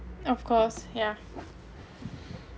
of course yeah